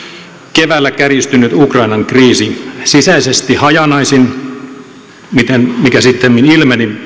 keväällä kärjistynyt ukrainan kriisi sisäisesti hajanaisen mikä sittemmin ilmeni